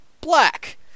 black